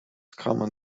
common